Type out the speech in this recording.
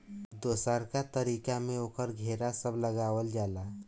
दोसरका तरीका में ओकर घेरा सब लगावल जाला